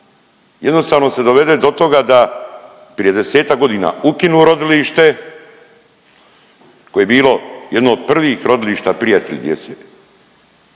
jednostavno se dovede do toga da prije 10-ak godina ukinuo rodilište koje je bilo jedno od prvih rodilišta prijatelj djece